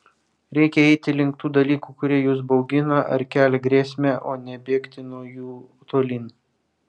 reikia eiti link tų dalykų kurie jus baugina ar kelia grėsmę o ne bėgti nuo jų tolyn